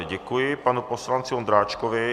Děkuji panu poslanci Ondráčkovi.